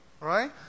Right